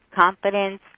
confidence